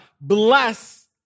bless